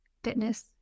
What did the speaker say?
fitness